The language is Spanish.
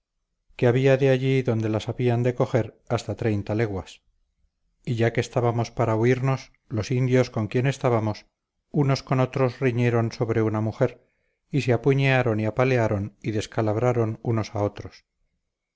que había de allí donde las habían de coger hasta treinta leguas y ya que estábamos para huirnos los indios con quien estábamos unos con otros riñeron sobre una mujer y se apuñearon y apalearon y descalabraron unos a otros